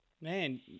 Man